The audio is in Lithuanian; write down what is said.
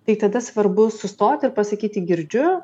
tai tada svarbu sustoti ir pasakyti girdžiu